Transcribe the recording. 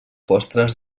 postres